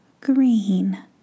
green